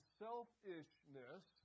selfishness